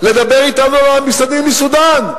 לדבר אתנו על המסתננים מסודן.